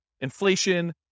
inflation